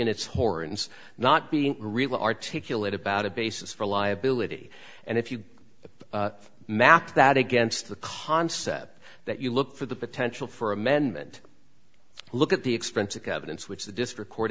in its horns not being real articulate about a basis for liability and if you map that against the concept that you look for the potential for amendment look at the expense of governance which the dis